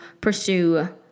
pursue